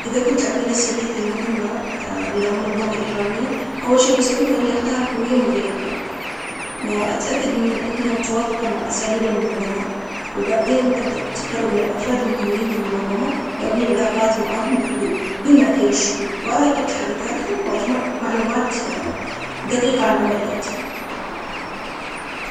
لو كنت عميل سري لمهمة للتسلل لمنظمة الإجرامية، أول شي بعمله إني أجمع معلومات عن المنظمة وافرادها, بعدين أغير مظهري واتبع أسلوبهم حتى أكسب ثقتهم, وابدأ أشاركهم أنشطتهم لأكشف خططهم, أي نشاطات غير قانونية, ولازم أكون حذر وأحافظ على هويتي عشان ما ينكشف أمري بيناتهم.